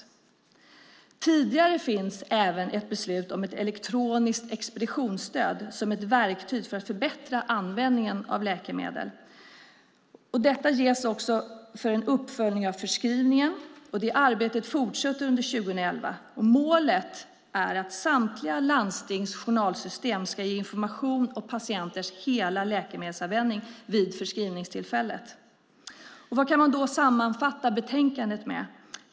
Sedan tidigare finns det även ett beslut om ett elektroniskt expeditionsstöd, som är ett verktyg för att förbättra användningen av läkemedel. Detta ges också för en uppföljning av förskrivningen. Det arbetet fortsätter under 2011. Målet är att samtliga landstings journalsystem ska ge information om patienters hela läkemedelsanvändning vid förskrivningstillfället. Vad kan man då sammanfatta betänkandet med?